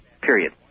Period